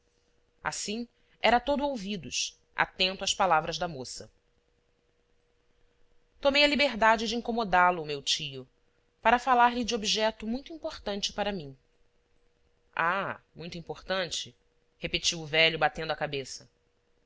assim era todo ouvidos atento às palavras da moça tomei a liberdade de incomodá lo meu tio para falar-lhe de objeto muito importante para mim ah muito importante repetiu o velho batendo a cabeça